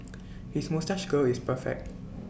his moustache curl is perfect